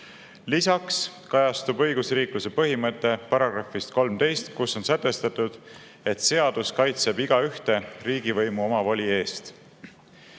Lisaks kajastub õigusriikluse põhimõte §-s 13, kus on sätestatud, et seadus kaitseb igaühte riigivõimu omavoli